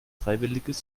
freiwilliges